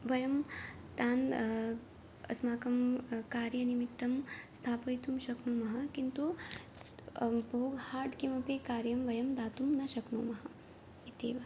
वयं तान् अस्माकं कार्यनिमित्तं स्थापयितुं शक्नुमः किन्तु बहु हार्ड् किमपि कार्यं वयं दातुं न शक्नुमः इत्येव